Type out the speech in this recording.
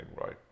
right